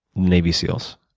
navy seals?